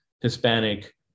Hispanic